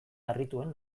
harrituen